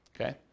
okay